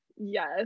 yes